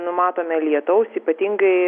numatome lietaus ypatingai